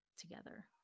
together